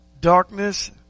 darkness